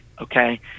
okay